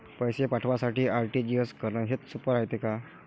पैसे पाठवासाठी आर.टी.जी.एस करन हेच सोप रायते का?